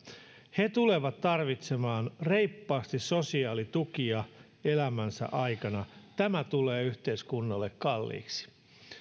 he tulevat tarvitsemaan reippaasti sosiaalitukia elämänsä aikana tämä tulee yhteiskunnalle kalliiksi